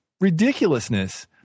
ridiculousness